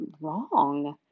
wrong